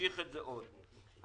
להמשיך את פעילות הענפים האלה.